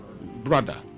brother